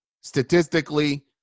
Statistically